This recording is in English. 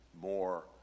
more